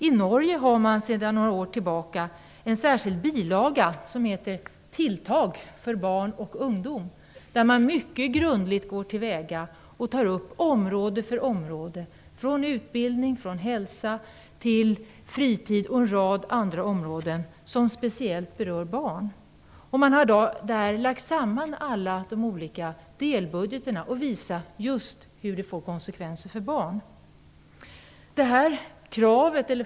I Norge har man sedan några år tillbaka en särskild bilaga som heter Tilltag för barn och ungdom, där man mycket grundligt går till väga och tar upp område efter område, från utbildning, hälsa till fritid och en rad andra områden som speciellt berör barn. Man har lagt samman alla de olika delbudgetarna och visar vad det får för konsekvenser för barn.